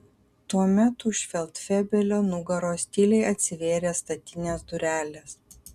tuomet už feldfebelio nugaros tyliai atsivėrė statinės durelės